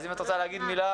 אם את רוצה להגיד מילה,